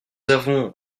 avons